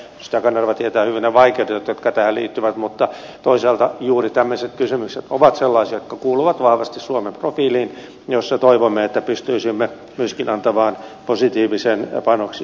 edustaja kanerva tietää hyvin ne vaikeudet jotka tähän liittyvät mutta toisaalta juuri tämmöiset kysymykset ovat sellaisia jotka kuuluvat vahvasti suomen profiiliin ja joissa toivomme että pystyisimme myöskin antamaan positiivisen panoksen